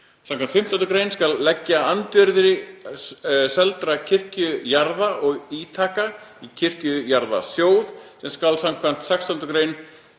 Samkvæmt 15. gr. skal leggja andvirði seldra kirkjujarða og ítaka í kirkjujarðasjóð sem skal skv. 16. gr.